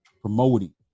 promoting